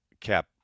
cap